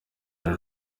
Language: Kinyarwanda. uru